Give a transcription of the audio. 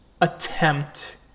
attempt